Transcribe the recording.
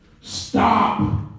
Stop